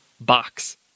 box